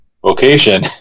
vocation